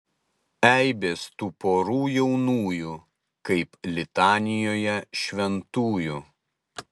eibės tų porų jaunųjų kaip litanijoje šventųjų